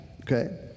okay